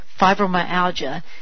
fibromyalgia